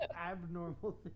abnormal